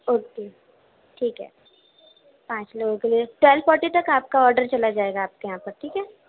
okay ٹھیک ہے پانچ لوگوں کے لیے ٹوئلو فورٹی تک آپ کا آڈر چلا جائے گا آپ کے یہاں پر ٹھیک ہے